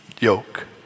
yoke